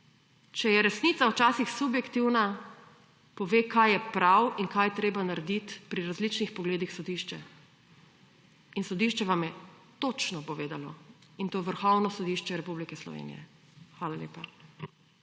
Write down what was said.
če je resnica včasih subjektivna pove kaj je prav in kaj je treba narediti pri različnih pogledih sodišče in sodišče vam je točno povedalo in to Vrhovno sodišče Republike Slovenije. Hvala lepa.